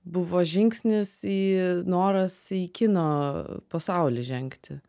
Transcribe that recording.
buvo žingsnis į noras į kino pasaulį žengti